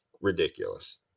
ridiculous